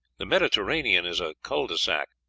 the mediterranean is a cul de sac,